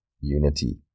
unity